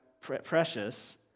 precious